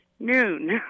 Noon